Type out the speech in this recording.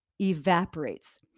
evaporates